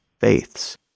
faiths